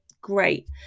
great